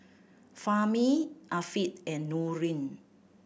Fahmi Afiq and Nurin